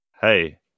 Hey